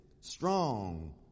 strong